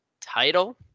title